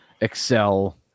excel